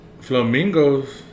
Flamingos